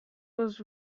was